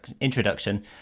introduction